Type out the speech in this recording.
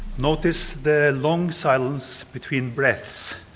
notice the long silence between breaths.